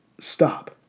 stop